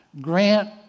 Grant